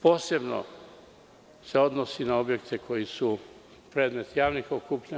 Posebno se odnosi na objekte koji su predmet javnih okupljanja.